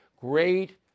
Great